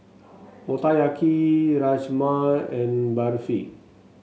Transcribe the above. Motoyaki Rajma and Barfi